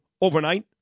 overnight